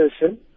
person